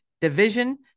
division